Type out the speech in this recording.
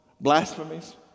blasphemies